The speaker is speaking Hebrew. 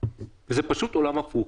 זה פשוט עולם הפוך.